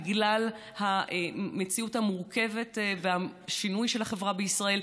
בגלל המציאות המורכבת והשינוי של החברה בישראל,